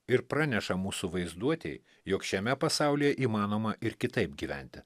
ir praneša mūsų vaizduotei jog šiame pasaulyje įmanoma ir kitaip gyventi